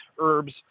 herbs